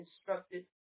instructed